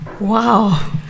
Wow